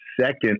second